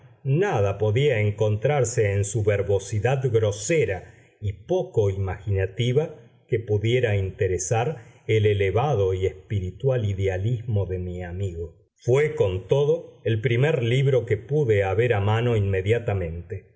nada podía encontrarse en su verbosidad grosera y poco imaginativa que pudiera interesar el elevado y espiritual idealismo de mi amigo fué con todo el primer libro que pude haber a mano inmediatamente